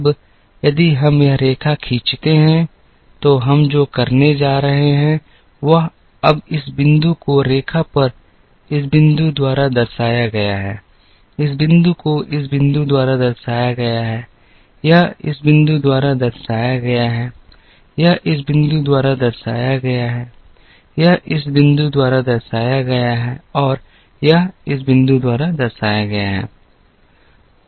अब यदि हम यह रेखा खींचते हैं तो हम जो करने जा रहे हैं वह अब इस बिंदु को रेखा पर इस बिंदु द्वारा दर्शाया गया है इस बिंदु को इस बिंदु द्वारा दर्शाया गया है यह इस बिंदु द्वारा दर्शाया गया है यह इस बिंदु द्वारा दर्शाया गया है यह इस बिंदु द्वारा दर्शाया गया है और यह इस बिंदु द्वारा दर्शाया गया है